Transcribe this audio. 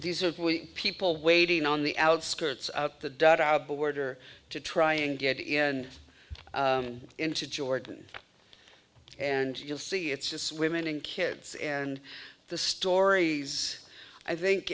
are people waiting on the outskirts of the dot our border to try and get in into jordan and you'll see it's just women and kids and the stories i think